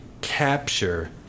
capture